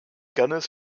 gunners